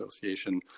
Association